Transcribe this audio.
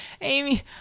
Amy